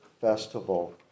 festival